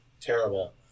terrible